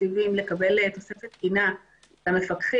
תקציבים לקבל תוספת תקינה למפקחים.